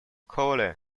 cole